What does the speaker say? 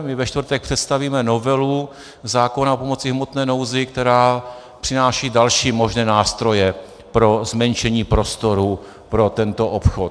My ve čtvrtek představíme novelu zákona o pomoci v hmotné nouzi, která přináší další možné nástroje pro zmenšení prostoru pro tento obchod.